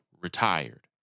retired